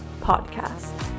podcast